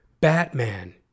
Batman